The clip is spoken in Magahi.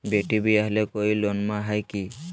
बेटी ब्याह ले कोई योजनमा हय की?